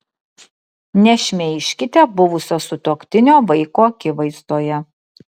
nešmeižkite buvusio sutuoktinio vaiko akivaizdoje